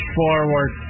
forward